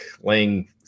laying